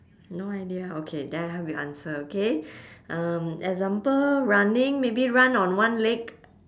no idea okay then I help you answer okay um example running maybe run on one leg